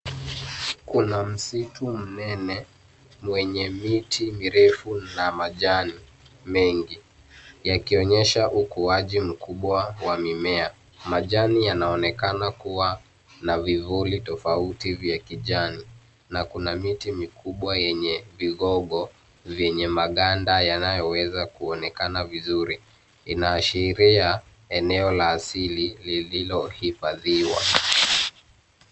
Kuna msitu mnene mwenye miti mirefu na majani mengi, yakionyesha ukuji mkubwa wa mimea. Majani yanaonekana kuwa na vifuli tofauti vya kijani, na kuna miti mikubwa yenye vigogo vyenye maganda yanayoweza kuonekana vizuri, inaashiria eneo la asili lililohifadhiwa.